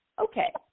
okay